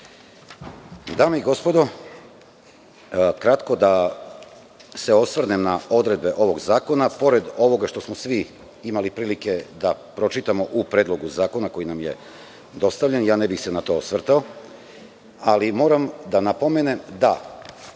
i gospodo, kratko da se osvrnem na odredbe ovog zakona. Pored ovoga što smo svi imali prilike da pročitamo u Predlogu zakona koji nam je dostavljen, ne bih se na to osvrtao, ali moram da napomenem da